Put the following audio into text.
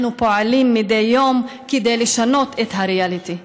אנחנו פועלים מדי יום כדי לשנות את הריאליטי,